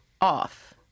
off